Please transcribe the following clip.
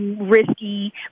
Risky